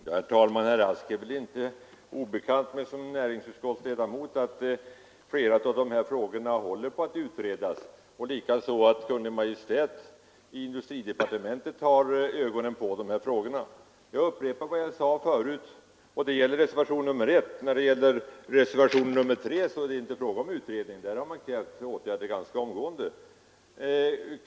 Herr talman! Det är väl inte obekant för herr Rask som näringsutskottsledamot att flera av dessa frågor håller på att utredas och att Kungl. Maj:t genom industridepartementet har ögonen på problemen. Jag hänvisar till vad jag sade tidigare när det gäller reservationen 1. I reservationen 3 är det inte fråga om någon utredning. Där man krävt åtgärder omgående.